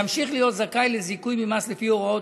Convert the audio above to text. ימשיך להיות זכאי לזיכוי ממס לפי הוראות